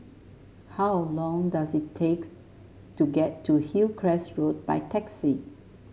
how long does it take to get to Hillcrest Road by taxi